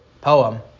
poem